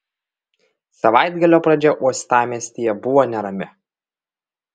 savaitgalio pradžia uostamiestyje buvo nerami